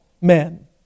men